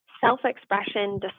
self-expression